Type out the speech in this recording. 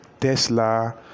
Tesla